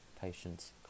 patience